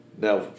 Now